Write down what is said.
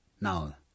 Now